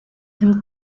him